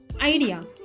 idea